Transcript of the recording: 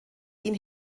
ihn